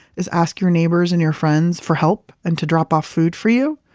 is ask your neighbors and your friends for help and to drop off food for you.